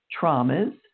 traumas